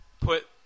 put